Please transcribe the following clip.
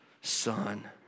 son